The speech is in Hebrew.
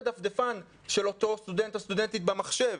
הדפדפן של אותו סטודנט או סטודנטית במחשב.